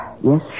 Yes